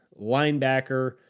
linebacker